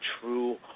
true